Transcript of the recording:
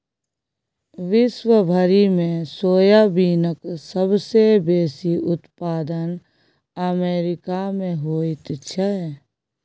विश्व भरिमे सोयाबीनक सबसे बेसी उत्पादन अमेरिकामे होइत छै